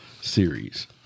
series